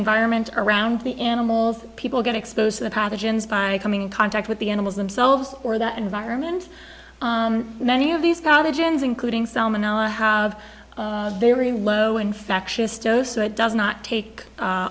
environment around the animals people get exposed to the pathogens by coming in contact with the animals themselves or that environment many of these garbage ends including salmonella have very low infectious dose so it does not take a